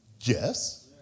Yes